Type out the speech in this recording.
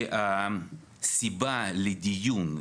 הסיבה לדיון,